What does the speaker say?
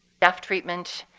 staff treatment,